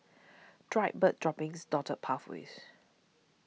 dried bird droppings dotted pathways